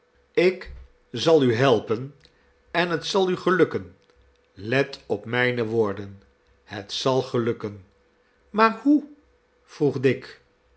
ik zal u helpen en het zal u gelukken let op mijne woorden het zal gelukken maar hoe vroeg dick